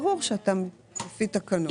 פה תיקון.